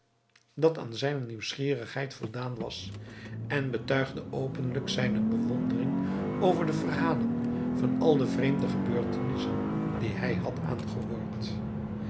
dat aan zijne nieuwsgierigheid voldaan was en betuigde openlijk zijne bewondering over de verhalen van al de vreemde gebeurtenissen die hij had aangehoord